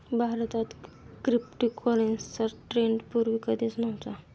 भारतात क्रिप्टोकरन्सीचा ट्रेंड पूर्वी कधीच नव्हता